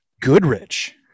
Goodrich